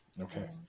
Okay